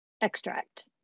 extract